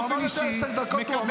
עשר דקות הוא אמר את זה.